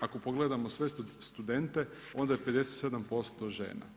ako pogledamo sve studente onda je 57% žena.